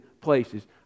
places